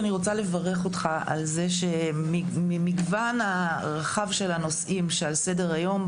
אני רוצה לברך אותך על זה שממגוון הרחב של הנושאים שעל סדר-היום,